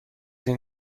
این